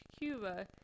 Cuba